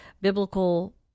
biblical